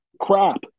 crap